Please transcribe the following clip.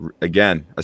Again